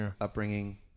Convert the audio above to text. upbringing